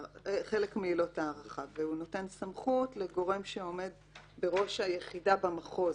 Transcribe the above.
שלוקח חלק מעילות הארכה והוא נותן סמכות לגורם שעומד בראש היחידה במחוז,